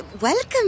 Welcome